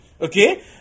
Okay